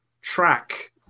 track